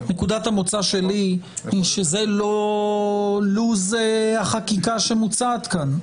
נקודת המוצא שלי היא שזה לא לו"ז החקיקה שמוצעת כאן.